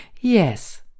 Yes